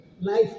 life